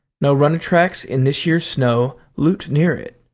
no runner tracks in this year's snow looped near it.